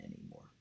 anymore